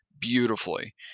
beautifully